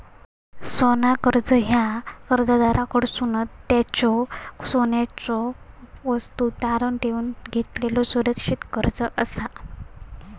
सोना कर्जा ह्या कर्जदाराकडसून त्यांच्यो सोन्याच्यो वस्तू तारण ठेवून घेतलेलो सुरक्षित कर्जा असा